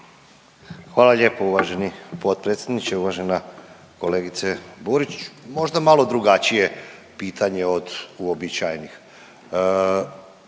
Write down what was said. Hvala lijepo uvaženi potpredsjedniče, uvažena kolegice Burić. Možda malo drugačije pitanje od uobičajenih.